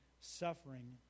suffering